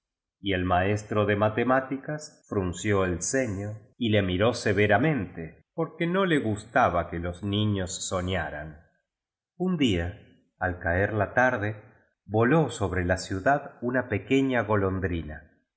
y el maestro de mate máticas fraudó el ceño y le miró severamente por que no le gustaba que los niños soñaran un día al caer la tarde voló sobre la ciudad una pequeña golondrina